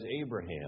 Abraham